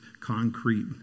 concrete